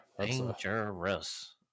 Dangerous